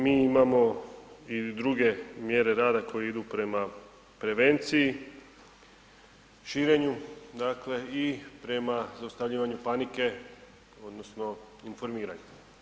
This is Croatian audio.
Mi imamo i druge mjere rada koje idu prema prevenciji, širenju, dakle i prema zaustavljivanju panike odnosno informiranju.